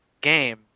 game